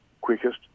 quickest